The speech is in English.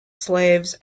slaves